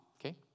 okay